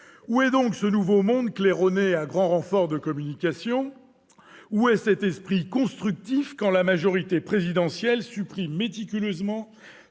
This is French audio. monde » dont l'émergence a été claironnée, à grand renfort de communication, où est cet esprit « constructif » quand la majorité présidentielle supprime méticuleusement